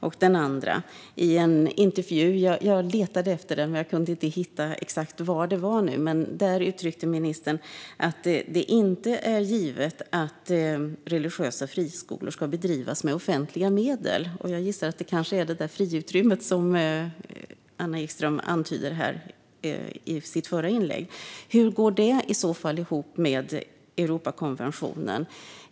Den andra handlar om att ministern i en intervju - jag letade efter den men kunde inte hitta exakt var det var som den publicerades - uttryckte att det inte är givet att religiösa friskolor ska bedrivas med offentliga medel. Jag gissar att det kanske handlar om det där friutrymmet som Anna Ekström i sitt förra inlägg antydde finns. Hur går det i så fall ihop med Europakonventionen?